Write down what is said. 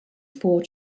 four